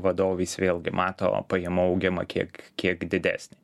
vadovais vėlgi mato pajamų augimą kiek kiek didesnį